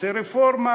רוצה רפורמה,